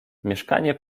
mieszkanie